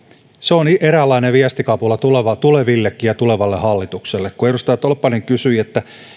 se on eräänlainen viestikapula tulevillekin ja tulevalle hallitukselle kun edustaja tolppanen kysyi